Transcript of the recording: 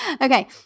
Okay